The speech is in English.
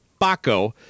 Baco